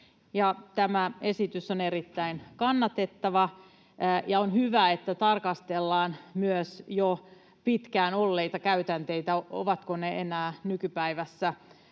Tämä esitys on erittäin kannatettava, ja on hyvä, että tarkastellaan myös jo pitkään olleita käytänteitä, ovatko ne enää nykypäivänä